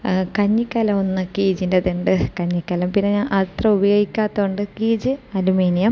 കഞ്ഞിക്കലം ഒന്ന് കീച്ചിൻ്റത് ഉണ്ട് കഞ്ഞിക്കലം പിന്നെ ഞാൻ അത്ര ഉപയോഗിക്കാത്തത് കൊണ്ട് കീച്ച് അലുമിനിയം